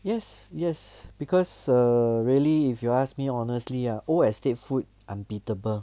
yes yes because err really if you ask me honestly ah old estate food unbeatable